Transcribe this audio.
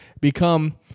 become